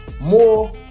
more